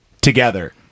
together